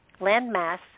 landmass